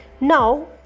Now